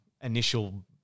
initial